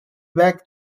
back